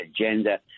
agenda